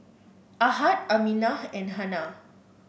Ahad Aminah and Hana